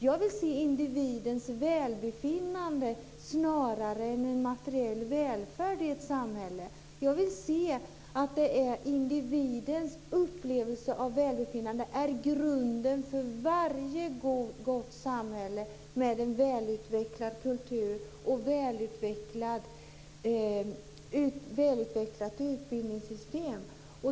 Jag vill se individens välbefinnande snarare än en materiell välfärd i ett samhälle. Jag vill se individens upplevelse av välbefinnande som grunden för varje gott samhälle med en välutvecklad kultur och ett välutvecklat utbildningssystem.